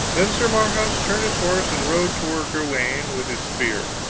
then sir marhaus turned his horse and rode toward gawaine with his spear.